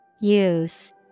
Use